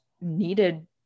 needed